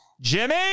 Jimmy